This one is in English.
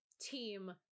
team